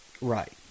Right